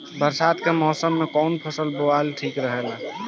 बरसात के मौसम में कउन फसल बोअल ठिक रहेला?